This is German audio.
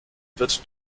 wird